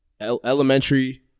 elementary